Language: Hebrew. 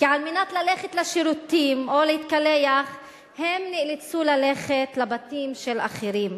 כי על מנת ללכת לשירותים או להתקלח הן נאלצו ללכת לבתים של אחרים,